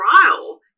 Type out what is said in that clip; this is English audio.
trial